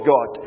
God